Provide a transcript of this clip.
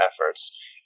efforts